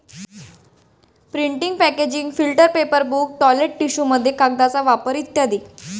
printing packaging filter paper book toilet टिश्यूमध्ये कागदाचा वापर इ